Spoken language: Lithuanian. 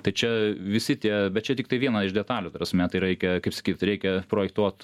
tai čia visi tie bet čia tiktai viena iš detalių ta prasme tai reikia kaip sakyt reikia projektuot